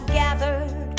gathered